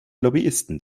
lobbyisten